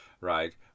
right